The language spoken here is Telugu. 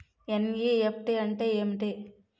ఎన్.ఈ.ఎఫ్.టి అంటే ఏమిటి?